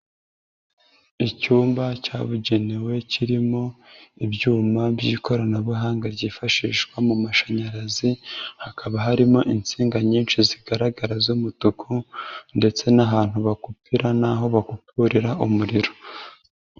Icyumba cyabugenewe kirimo ibyuma by'ikoranabuhanga ryifashishwa mu mashanyarazi, hakaba harimo insinga nyinshi zigaragara z'umutuku ndetse n'ahantu bakupira n'aho bakupurira umuriro.